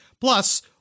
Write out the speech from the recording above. Plus